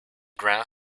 ground